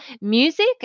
Music